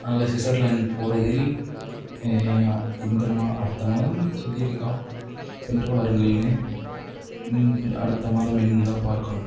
அதனால ஸ்விஸர்லேண்ட் போகிறதில் இந்த மா அடுத்த மாதம் சொல்லியிருக்கான் சென்று வாருங்கள்னு அடுத்த மாதம் என்னன்னு தான் பார்க்கணும்